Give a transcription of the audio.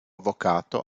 avvocato